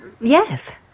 yes